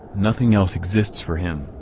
nothing else exists for him.